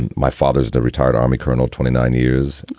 and my father's the retired army colonel. twenty nine years.